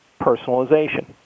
personalization